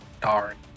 Darn